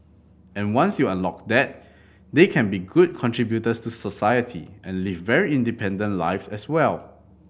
and once you unlock that they can be good contributors to society and live very independent lives as well